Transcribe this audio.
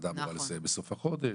הוועדה אמורה לסיים בסוף החודש,